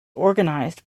organized